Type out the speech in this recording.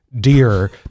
Dear